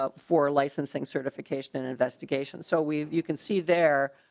ah for licensing certification investigation. so we've you can see there.